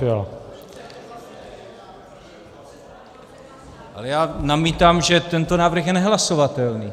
Ale já namítám, že tento návrh je nehlasovatelný.